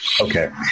okay